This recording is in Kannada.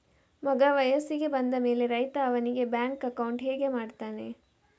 ಮಗ ವಯಸ್ಸಿಗೆ ಬಂದ ಮೇಲೆ ರೈತ ಅವನಿಗೆ ಬ್ಯಾಂಕ್ ಅಕೌಂಟ್ ಹೇಗೆ ಮಾಡ್ತಾನೆ?